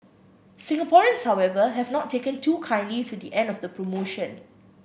Singaporeans however have not taken too kindly to the end of the promotion